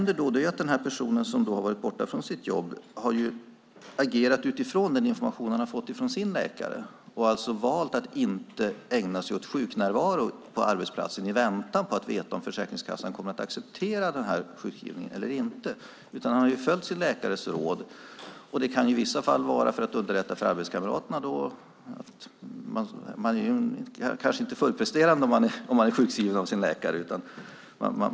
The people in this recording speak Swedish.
Den person som har varit borta från sitt jobb har agerat utifrån den information han har fått från sin läkare och valt att inte ägna sig åt sjuknärvaro på arbetsplatsen i väntan på att veta om Försäkringskassan kommer att acceptera sjukskrivningen eller inte. Han har följt sin läkares råd. Det kan i vissa fall vara för att underlätta för arbetskamraterna. Man kanske inte är fullpresterande om man är sjukskriven av sin läkare.